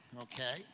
okay